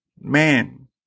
Man